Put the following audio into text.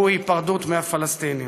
שהוא היפרדות מהפלסטינים.